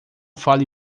fale